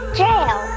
jail